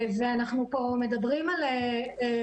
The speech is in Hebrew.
אנחנו מדברים על כך